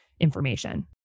information